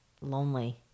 lonely